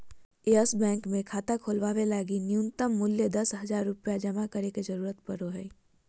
yes Bank मे खाता खोलवावे लगी नुय्तम मूल्य दस हज़ार रुपया जमा करे के जरूरत पड़ो हय